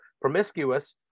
promiscuous